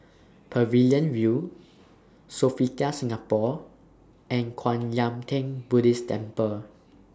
Pavilion View Sofitel Singapore and Kwan Yam Theng Buddhist Temple